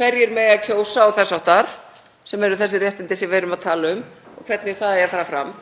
hverjir mega kjósa og þess háttar, sem eru þessi réttindi sem við erum að tala um, og hvernig það eigi að fara fram.